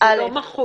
זה לא מחוק.